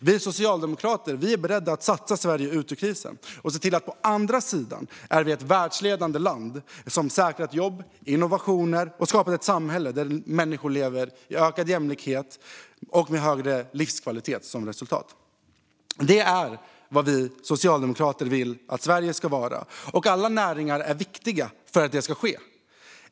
Vi socialdemokrater är beredda att satsa Sverige ut ur krisen och se till att vi på andra sidan är ett världsledande land som har säkrat jobb och innovationer och skapat ett samhälle där människor lever i ökad jämlikhet och med högre livskvalitet som resultat. Det är vad vi socialdemokrater vill att Sverige ska vara, och alla näringar är viktiga för att detta ska ske.